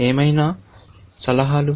ఎమైనా సలహాలు